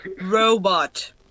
Robot